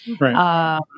right